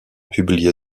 publié